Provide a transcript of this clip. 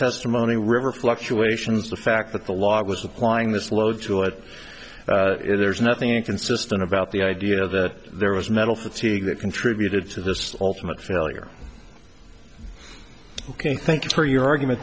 testimony river fluctuations the fact that the log was applying this load to it there's nothing inconsistent about the idea that there was metal fatigue that contributed to this ultimate failure ok thank you for your argument